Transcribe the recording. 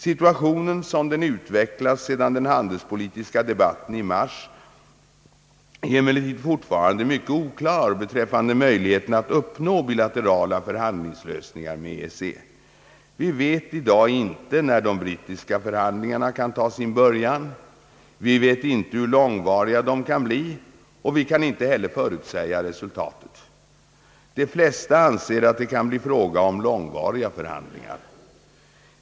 Situationen sådan den utvecklats sedan den handelspolitiska debatten i mars är emellertid fortfarande mycket oklar beträffande möjligheterna att uppnå bilaterala förhandlingslösningar med EEC. Vi vet i dag inte när de brittiska förhandlingarna kan ta sin början, vi vet inte hur långvariga de kan bli, och vi kan inte heller förutsäga resultatet. De flesta anser att det kan bli fråga om långvariga förhandlingar.